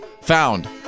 found